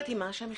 לא יוטלו.